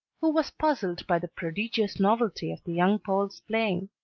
who was puzzled by the prodigious novelty of the young pole's playing.